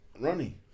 Runny